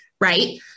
right